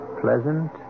pleasant